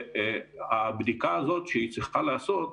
והבדיקה הזאת שצריכה להיעשות,